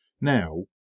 Now